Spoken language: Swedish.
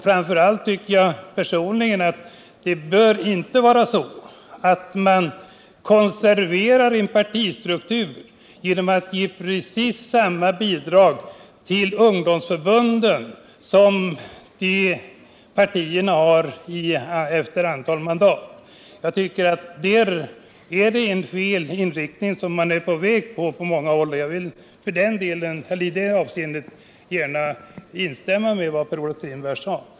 Framför allt tycker jag personligen att man inte bör konservera en partistruktur genom att ge precis samma bidrag till ungdomsförbunden som ges till partierna efter antal mandat. Jag tycker att det är en felaktig inriktning som på många håll är på väg och vill i det avseendet gärna instämma i det Per-Olof Strindberg sade.